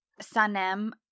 Sanem